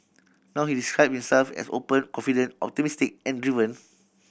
now he describe himself as open confident optimistic and driven